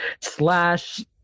slash